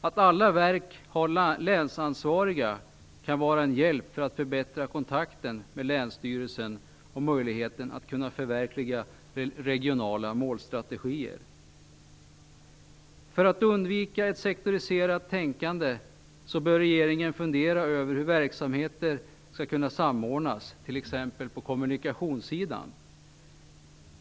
Att alla verk har länsansvariga kan vara en hjälp för att förbättra kontakten med länsstyrelsen och möjligheten att kunna förverkliga regionala målstrategier. För att undvika ett sektoriserat tänkande bör regeringen fundera över hur verksamheter skall kunna samordnas, t.ex. på kommunikationssidan.